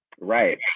Right